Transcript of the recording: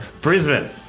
Brisbane